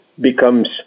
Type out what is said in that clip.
becomes